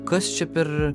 kas čia per